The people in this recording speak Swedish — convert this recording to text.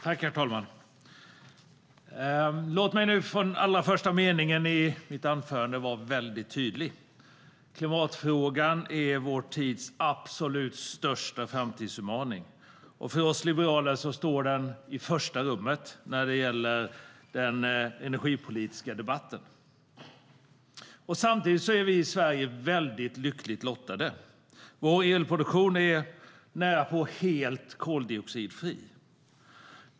Herr talman! Låt mig nu från den allra första meningen i mitt anförande vara väldigt tydlig. Klimatfrågan är vår tids absolut största framtidsutmaning och för oss liberaler står den i första rummet i den energipolitiska debatten. I Sverige är vi lyckligt lottade. Vår elproduktion är nära på helt koldioxidfri.